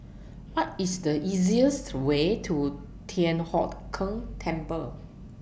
What IS The easiest Way to Thian Hock Keng Temple